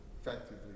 effectively